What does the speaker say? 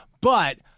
But-